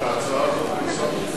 את ההצעה הזאת פרסמתם?